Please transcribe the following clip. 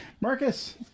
Marcus